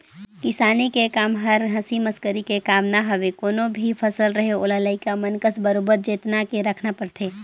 किसानी के कम हर हंसी मसकरी के काम न हवे कोनो भी फसल रहें ओला लइका मन कस बरोबर जेतना के राखना परथे